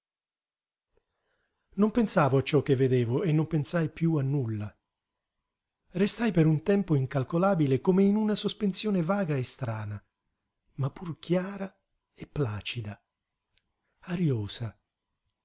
non pensavo a ciò che vedevo e non pensai piú a nulla restai per un tempo incalcolabile come in una sospensione vaga e strana ma pur chiara e placida ariosa